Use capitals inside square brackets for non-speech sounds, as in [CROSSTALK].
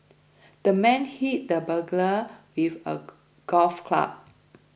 the man hit the burglar with a [UNINTELLIGIBLE] golf club